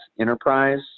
enterprise